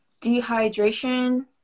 dehydration